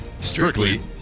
Strictly